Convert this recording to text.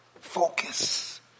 focus